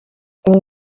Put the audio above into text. ubu